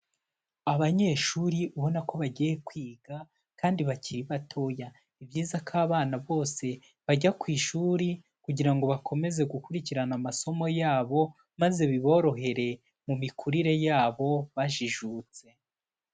Abanyeshuri ubona ko bagiye kwiga kandi bakiri batoya. Ni byiza ko abana bose bajya ku ishuri kugira ngo bakomeze gukurikirana amasomo yabo, maze biborohere mu mikurire yabo bajijutse.